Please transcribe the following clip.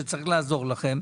שצריך לעזור לכם.